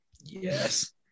Yes